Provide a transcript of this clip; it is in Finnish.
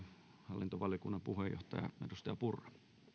hallintovaliokunnan puheenjohtaja edustaja purra